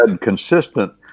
consistent